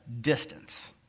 distance